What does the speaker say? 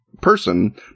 person